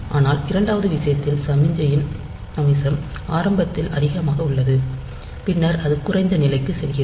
ஆனால் இரண்டாவது விஷயத்தில் சமிக்ஞையின் அமிசம் ஆரம்பத்தில் அதிகமாக உள்ளது பின்னர் அது குறைந்த நிலைக்குச் செல்கிறது